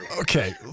Okay